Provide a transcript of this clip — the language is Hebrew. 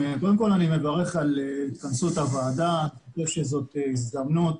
אני מתכבד לפתוח את ישיבת ועדת הפנים והגנת הסביבה